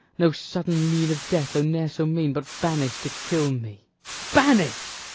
no sudden mean of death, though ne'er so mean, but banished to kill me banished?